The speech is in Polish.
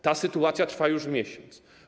Ta sytuacja trwa już miesiąc.